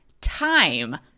time